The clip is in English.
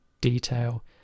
detail